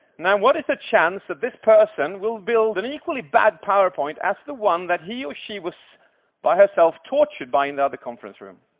now, what is the chance that this person will build an equally bad powerpoint as the one that he or she was herself tortured by in the other conference room?